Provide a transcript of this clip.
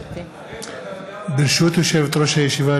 ברשות יושבת-ראש הישיבה,